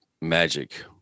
magic